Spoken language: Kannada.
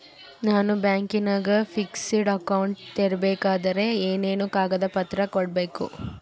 ನಾನು ಬ್ಯಾಂಕಿನಾಗ ಫಿಕ್ಸೆಡ್ ಅಕೌಂಟ್ ತೆರಿಬೇಕಾದರೆ ಏನೇನು ಕಾಗದ ಪತ್ರ ಕೊಡ್ಬೇಕು?